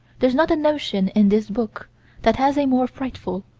there's not a notion in this book that has a more frightful,